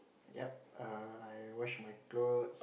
yup err I wash my clothes